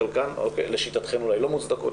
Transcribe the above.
לשיטתכם אולי לא מוצדקות,